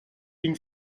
ligne